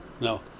No